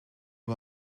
you